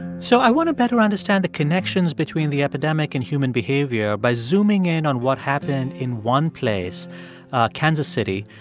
so i want to better understand the connections between the epidemic and human behavior by zooming in on what happened in one place kansas city.